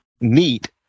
neat